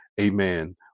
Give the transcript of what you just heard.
amen